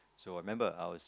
so I remember I was